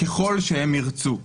ככל שהם ירצו.